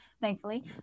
thankfully